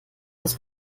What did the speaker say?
das